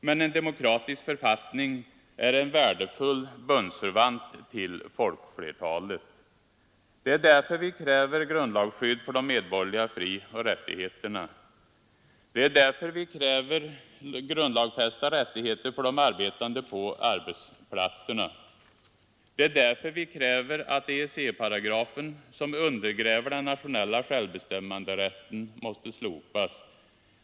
Men en demokratisk författning är en värdefull bundsförvant till folkflertalet. Det är därför vi kräver grundlagsskydd för de medborgerliga frioch rättigheterna. Det är därför vi kräver grundlagsfästa rättigheter för de arbetande på arbetsplatserna. Det är därför vi kräver att EEC-paragrafen, som undergräver den nationella självbestämmanderätten, skall slopas.